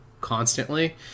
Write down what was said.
constantly